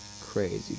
crazy